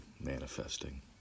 manifesting